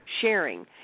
sharing